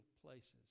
places